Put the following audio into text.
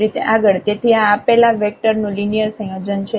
તેથી આ આપેલા વેક્ટર નું લિનિયર સંયોજન છે